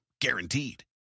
guaranteed